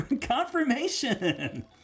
Confirmation